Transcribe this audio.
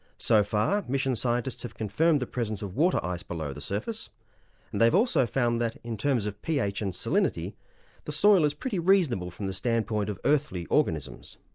so far mission scientists have confirmed the presence of water ice below the surface and they've also found that in terms of ph and salinity the soil is pretty reasonable from the standpoint of earthly organisms.